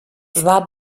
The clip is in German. war